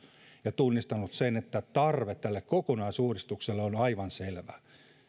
ja tunnistanut sen että tarve kokonaisuudistukselle on aivan selvä